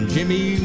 Jimmy